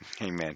Amen